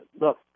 Look